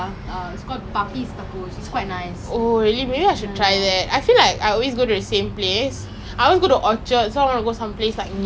err bar eh I recently went to this Mexican bar with my sister lah it was very nice they sell like tacos all